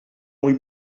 muy